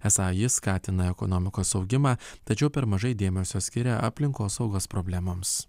esą jis skatina ekonomikos augimą tačiau per mažai dėmesio skiria aplinkosaugos problemoms